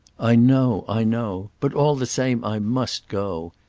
i know. i know. but all the same i must go.